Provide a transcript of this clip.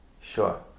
Sure